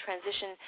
transition